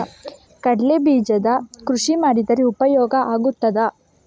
ಕಡ್ಲೆ ಬೀಜದ ಕೃಷಿ ಮಾಡಿದರೆ ಉಪಯೋಗ ಆಗುತ್ತದಾ?